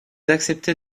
acceptez